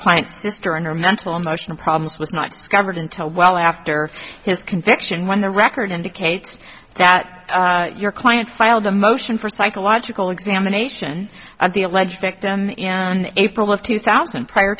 client's sister and her mental emotional problems was not discovered until well after his conviction when the record indicates that your client filed a motion for psychological examination of the alleged victim in april of two thousand prior